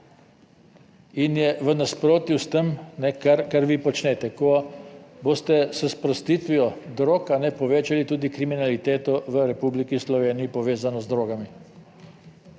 in je v nasprotju s tem, kar vi počnete, ko boste s sprostitvijo drog povečali tudi kriminaliteto v Republiki Sloveniji, povezano z drogami.